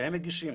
שהם מגישים.